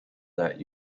that